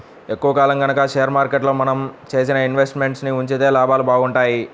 ఎక్కువ కాలం గనక షేర్ మార్కెట్లో మనం చేసిన ఇన్వెస్ట్ మెంట్స్ ని ఉంచితే లాభాలు బాగుంటాయి